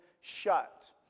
shut